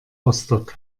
rostock